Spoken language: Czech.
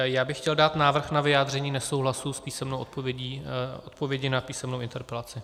Já bych chtěl dát návrh na vyjádření nesouhlasu s písemnou odpovědí, odpovědí na písemnou interpelaci.